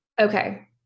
Okay